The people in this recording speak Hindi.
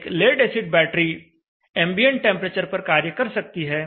एक lead acid battery ambient temperature पर कार्य कर सकती है